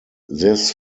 this